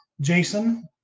Jason